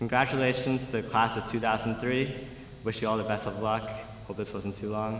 us graduations the class of two thousand and three wish you all the best of luck hope this wasn't too long